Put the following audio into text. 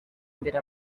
imbere